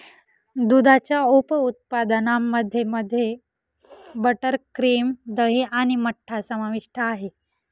दुधाच्या उप उत्पादनांमध्ये मध्ये बटर, क्रीम, दही आणि मठ्ठा समाविष्ट आहे